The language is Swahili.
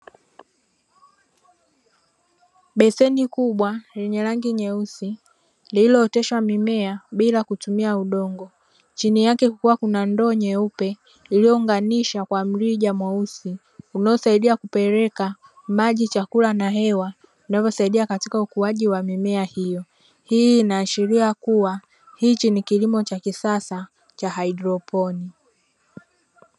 Beseni kubwa lenye rangi nyeusi, lililooteshwa mimea bila kutumia udongo, chini yake kukiwa kuna ndoo nyeupe iliyounganishwa kwa mlija mweusi, unaosaidia kupeleka maji, chakula na hewa, vinavyosaidia katika ukuaji wa mimea hiyo, hii inaashiria kuwa hichi ni kilimo cha kisasa cha haidroponi.